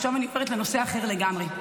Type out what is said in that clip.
עכשיו אני עוברת לנושא אחר לגמרי.